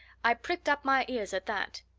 i pricked up my ears at that.